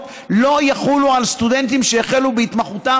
לא יחול על סטודנטים שהחלו בהתמחותם,